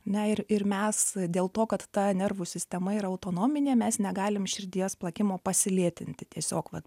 na ir ir mes dėl to kad ta nervų sistema yra autonominė mes negalim širdies plakimo pasilėtinti tiesiog vat